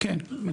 כן.